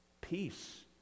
Peace